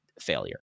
failure